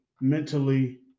mentally